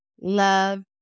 love